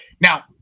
Now